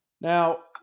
now